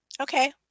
Okay